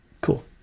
Cool